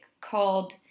called